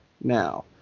now